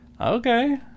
Okay